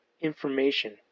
information